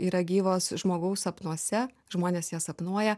yra gyvos žmogaus sapnuose žmonės jas sapnuoja